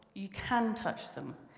you can touch them.